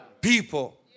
people